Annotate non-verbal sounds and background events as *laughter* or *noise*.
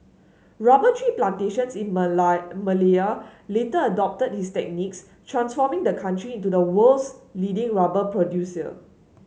rubber tree plantations in *unintelligible* Malaya later adopted his techniques transforming the country into the world's leading rubber producer